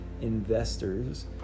investors